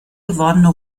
gewordene